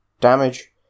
damage